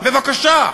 בבקשה.